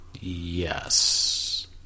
Yes